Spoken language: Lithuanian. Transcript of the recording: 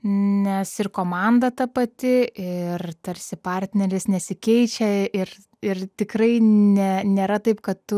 nes ir komanda ta pati ir tarsi partneris nesikeičia ir ir tikrai ne nėra taip kad tu